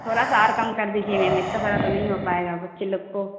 تھوڑا سا اور کم کر دیجیے میم اتا سارا تو نہیں ہو پائے گا بچے لوگ کو